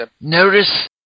Notice